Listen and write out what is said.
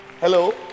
Hello